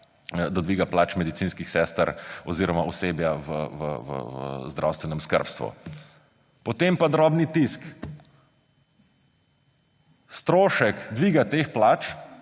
do dviga plač medicinskih sester oziroma osebja v zdravstvenem skrbstvu. Potem pa drobni tisk: strošek dviga teh plač